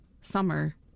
summer